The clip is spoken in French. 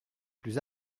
plus